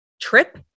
trip